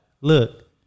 Look